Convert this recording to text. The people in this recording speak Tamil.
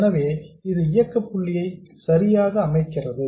எனவே இது இயக்க புள்ளியை சரியாக அமைக்கிறது